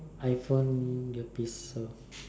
iPhone earpiece so